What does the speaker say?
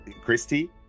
Christy